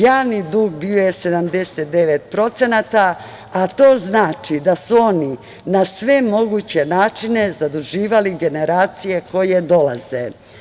Javni dug bio je 79%, a to znači da su oni na sve moguće načine zaduživali generacije koje dolaze.